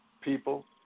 people